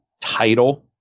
title